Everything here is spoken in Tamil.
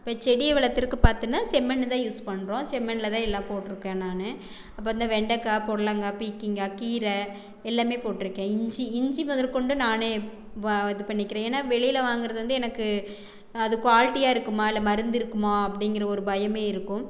இப்போ செடி வளர்க்றதுக்கு பார்த்தீன்னா செம்மண்னு தான் யூஸ் பண்ணுறோம் செம்மண்ணில் தான் எல்லாம் போட்டுருக்கேன் நான் இப்போ இந்த வெண்டைக்காய் புடலங்காய் பீர்க்கங்காய் கீரை எல்லாமே போட்யிருக்கேன் இஞ்சி இஞ்சி முதக்கொண்டு நான் வ இது பண்ணியிருக்குறேன் ஏன்னா வெளியில வாங்குறது வந்து எனக்கு அது குவாலிட்டியாக இருக்குமா இல்லை மருந்து இருக்குமா அப்படிங்கிற ஒரு பயமே இருக்கும்